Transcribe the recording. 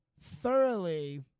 thoroughly